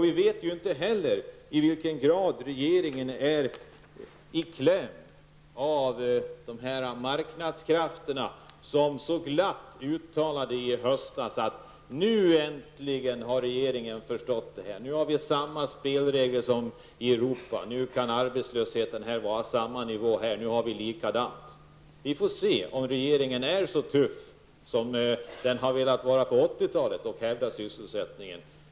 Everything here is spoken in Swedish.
Vi vet inte heller till vilken grad regeringen klämts åt av marknadskrafterna. Bland dessa uttalades så glatt i höstas att regeringen hade äntligen förstått. Nu hade vi samma spelregler som man hade i Europa, och nu kunde arbetslöstheten få vara på samma nivå här. Nu hade vi det likadant. Vi får se om regeringen är så tuff som den ville vara på 80-talet och hävdar sysselsättningen.